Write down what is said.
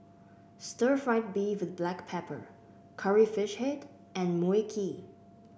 Stir Fried Beef with Black Pepper Curry Fish Head and Mui Kee